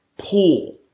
pool